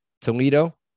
Toledo